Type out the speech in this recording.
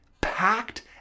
packed